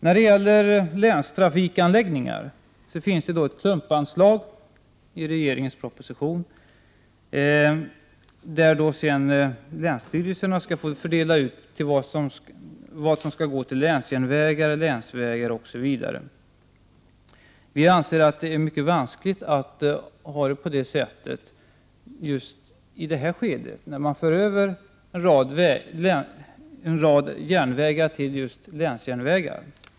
När det gäller länstrafikanläggningar föreslås ett klumpanslag i regeringens proposition. Länsstyrelserna skall få fördela vad som skall gå till länsjärnvägar, länsvägar osv. Vi anser att det är mycket vanskligt att ha det på det sättet just i det här skedet, när man för över en rad järnvägar till att vara länsjärnvägar.